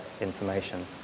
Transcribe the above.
information